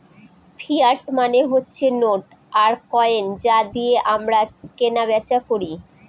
fiat মানে হচ্ছে note আর কয়েন যা দিয়ে আমরা কেনা বেচা করি